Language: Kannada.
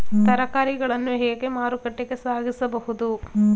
ತರಕಾರಿಗಳನ್ನು ಹೇಗೆ ಮಾರುಕಟ್ಟೆಗೆ ಸಾಗಿಸಬಹುದು?